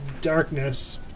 darkness